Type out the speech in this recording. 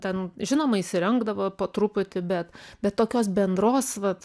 ten žinoma įsirengdavo po truputį bet bet tokios bendros vat